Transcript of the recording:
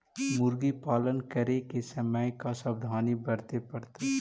मुर्गी पालन करे के समय का सावधानी वर्तें पड़तई?